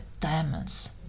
diamonds